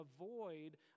avoid